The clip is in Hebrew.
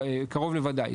קרוב לוודאי.